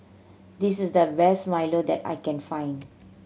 this is the best milo that I can find